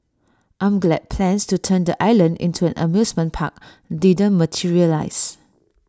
I'm glad plans to turn the island into an amusement park didn't materialise